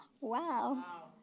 Wow